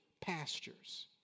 pastures